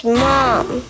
mom